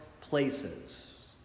places